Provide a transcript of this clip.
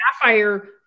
Sapphire